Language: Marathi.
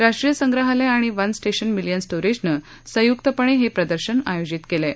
राष्ट्रीय संग्रहालय आणि वन स्टेशन मिलियन स्टोरिजनं संयुकपणे हे प्रदर्शन आयोजित केलं आहे